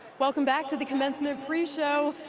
welcome back to the commencement pre-show.